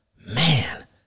Man